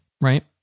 right